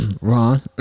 Ron